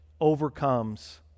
overcomes